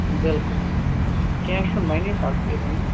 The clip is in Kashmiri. بِلکُل بِلکُل کیٚنٛہہ چھُنہٕ بَنے سبزی بَنہِ